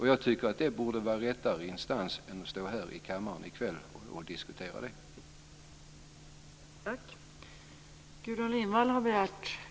Jag tycker att det borde vara en riktigare instans än att stå här i kammaren i kväll och diskutera detta.